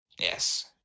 yes